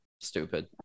Stupid